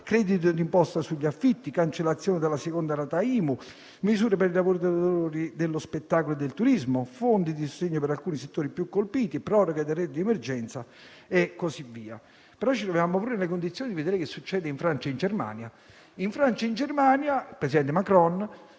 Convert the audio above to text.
credito d'imposta sugli affitti, cancellazione della seconda rata IMU, misure per i lavoratori dello spettacolo e del turismo, fondi di sostegno per alcuni settori più colpiti, proroga del reddito di emergenza e così via. Ci troviamo però anche nelle condizioni di vedere cosa succede in Francia e in Germania. In Francia il presidente Macron